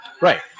Right